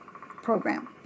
program